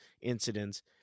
incidents